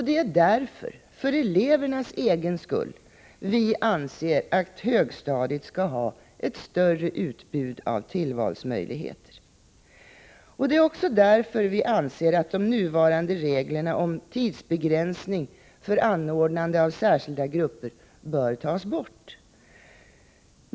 Det är därför — för elevernas egen skull — vi anser att högstadiet skall ha ett större utbud av tillvalsmöjligheter. Det är också därför vi anser att de nuvarande reglerna om tidsbegränsning för anordnande av särskilda grupper bör tas bort.